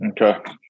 Okay